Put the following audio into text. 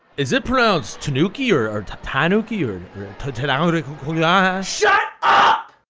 is it pronounced tih-nookie or or tie-nookie or tah-now-dah-hoo-kah-yah? ah shut up!